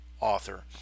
author